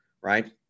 right